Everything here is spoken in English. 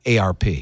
ARP